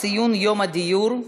ציון יום הדיור,